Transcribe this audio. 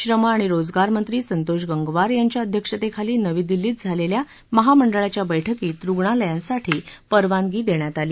श्रम आणि रोजगारमंत्री संतोष गंगवार यांच्या अध्यक्षतेखाली नवी दिल्लीत झालेल्या महामंडळाच्या बैठकीत रुग्णालयांसाठी परवानगी देण्यात आली